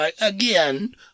Again